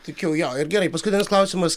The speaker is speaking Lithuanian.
tik jau jo ir gerai paskutinis klausimas